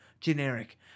generic